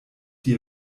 die